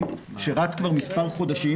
שרץ כבר מספר חודשים